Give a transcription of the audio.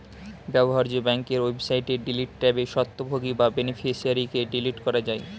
ব্যবহার্য ব্যাংকের ওয়েবসাইটে ডিলিট ট্যাবে স্বত্বভোগী বা বেনিফিশিয়ারিকে ডিলিট করা যায়